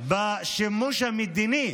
בשימוש המדיני.